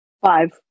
Five